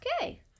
okay